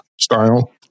style